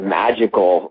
magical